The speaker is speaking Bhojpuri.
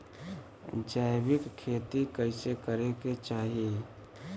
जैविक खेती कइसे करे के चाही?